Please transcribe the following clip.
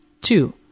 Two